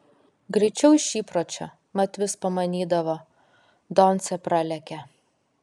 greičiau iš įpročio mat vis pamanydavo doncė pralekia